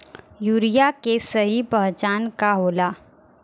Urea के सही पहचान का होला?